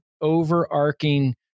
overarching